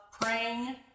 praying